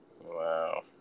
Wow